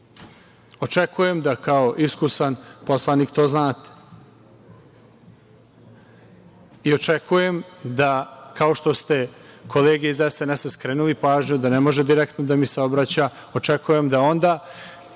Očekujem da kao iskusan poslanik to znate i očekujem da, kao što ste kolegi iz SNS skrenuli pažnju da ne može direktno da mi se obraća, pošto moramo